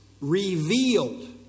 revealed